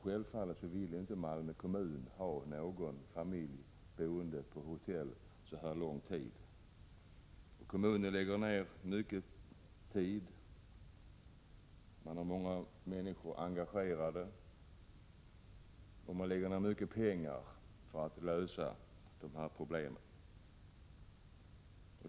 Självfallet vill inte Malmö kommun ha någon familj boende på hotell så lång tid. Kommunen lägger ner mycken tid — man har många människor engagerade — och mycket pengar för att lösa dessa problem.